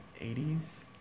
80s